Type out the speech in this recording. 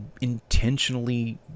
intentionally